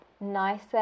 nicer